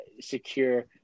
secure